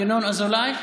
ינון אזולאי?